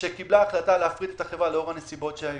שקיבלה החלטה להפריט את החברה לאור הנסיבות שהיו.